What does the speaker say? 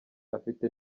afite